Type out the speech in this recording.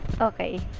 okay